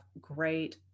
great